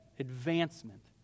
advancement